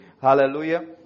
hallelujah